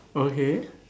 okay